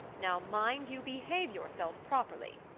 now, mind you behave yourself properly.